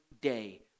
day